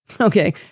Okay